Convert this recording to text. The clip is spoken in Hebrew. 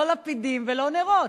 לא לפידים ולא נרות,